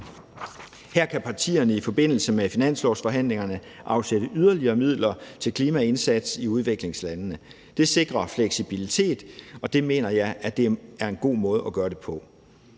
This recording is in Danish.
Her kan partierne i forbindelse med finanslovsforhandlingerne afsætte yderligere midler til en klimaindsats i udviklingslandene. Det sikrer en fleksibilitet, og det mener jeg er en god måde at gøre det på.